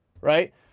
Right